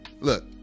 look